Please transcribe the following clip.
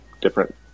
Different